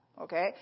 Okay